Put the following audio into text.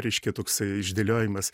reiškia toksai išdėliojimas